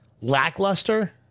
Lackluster